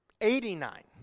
eighty-nine